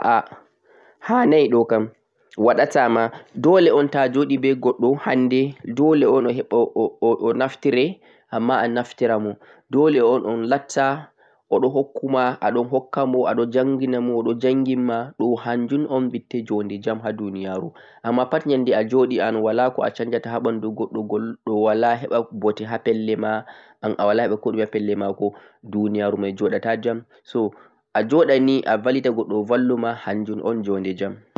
A'a hanai ɗo kam, waɗataama dole'on ta'ajoɗe be goɗɗo hande dole o naftire amma anaftiramodole'on on latta oɗon hokkuma oɗon hukkuma, aɗon janginamo oɗon jangine bo hanjun'on junde jam ha duniyaru amma pat nyande an'ajoɗe walako'a sanjata ha ɓandu goɗɗo, goɗɗo wala heɓa bote ha pellema an'awala koɗumi ha pelle mako duniyaru mai joɗata jam, ajoɗa nii avallita goɗɗo o valluma hanjun on njode jam.